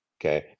Okay